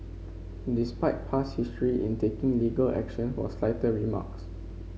despite past history in taking legal action for slighter remarks